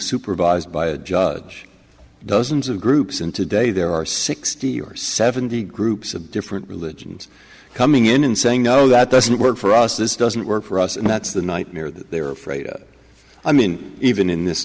supervised by a judge dozens of groups and today there are sixty or seventy groups of different religions coming in and saying no that doesn't work for us this doesn't work for us and that's the nightmare that they're afraid i mean even in this